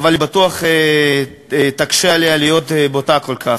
אבל היא בטוח תקשה עליה להיות בוטה כל כך.